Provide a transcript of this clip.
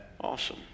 awesome